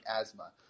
asthma